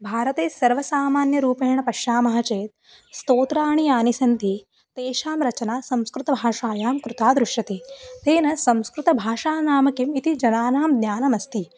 भारते सर्वसामान्यरूपेण पश्यामः चेत् स्तोत्राणि यानि सन्ति तेषां रचना संस्कृतभाषायां कृता दृश्यते तेन संस्कृतभाषा नाम का इति जनानां ज्ञानमस्ति